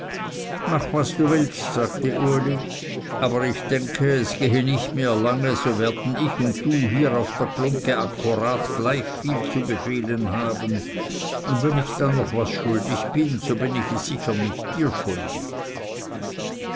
mach was du willst sagte uli aber ich denke es gehe nicht mehr lange so werden ich und du hier auf der glungge akkurat gleich viel zu befehlen haben und wenn ich dann noch was schuldig bin so bin ich es sicher nicht dir schuldig